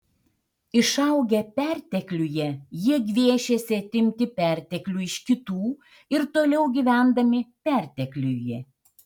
išaugę pertekliuje jie gviešėsi atimti perteklių iš kitų ir toliau gyvendami pertekliuje